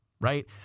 right